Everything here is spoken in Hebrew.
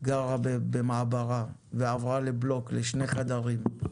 גרה במעברה ועברה לבלוק לשני חדרים,